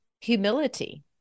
humility